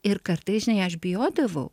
ir kartais žinai aš bijodavau